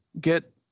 get